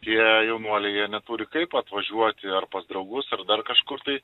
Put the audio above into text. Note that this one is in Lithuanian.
tie jaunuoliai jie neturi kaip atvažiuoti ar pas draugus ar dar kažkur tai